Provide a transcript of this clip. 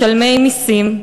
משלמי מסים,